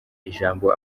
ijambo